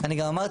אני גם אמרתי,